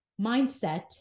mindset